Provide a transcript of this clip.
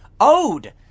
owed